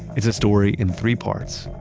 it's a story in three parts,